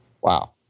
Wow